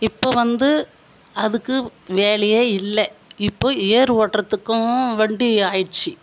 இப்போ வந்து அதுக்கு வேலையே இல்லை இப்போது ஏர் ஓட்டுறதுக்கும் வண்டி ஆயிடிச்சு